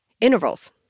intervals